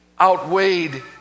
outweighed